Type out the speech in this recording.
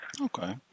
Okay